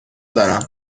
دارم